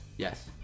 Yes